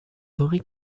henri